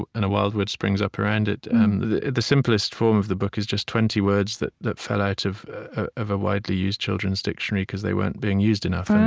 and a wild wood springs up around it. and the the simplest form of the book is just twenty words that that fell out of of a widely used children's dictionary because they weren't being used enough,